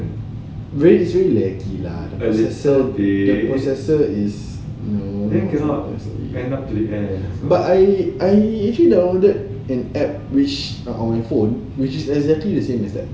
very actually laggy lah the processor is but I but I actually downloaded an app which on my phone which exactly the same as that